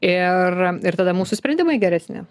ir ir tada mūsų sprendimai geresni